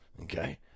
okay